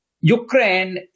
Ukraine